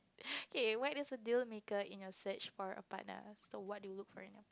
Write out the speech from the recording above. K what does a deal maker in your search for a partner so what do you look for in a